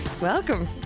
welcome